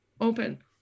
open